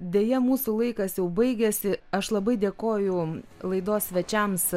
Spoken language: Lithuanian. deja mūsų laikas jau baigėsi aš labai dėkoju laidos svečiams